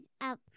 up